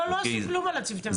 לא עשו כלום על צוותי משבר.